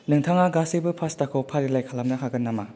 नोंथाङा गासैबो पास्ताखौ फारिलाइ खालामनो हागोन नामा